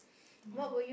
ya